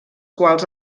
quals